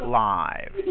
live